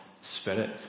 spirit